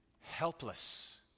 helpless